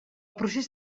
procés